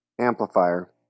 amplifier